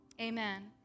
amen